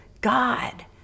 God